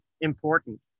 important